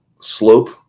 slope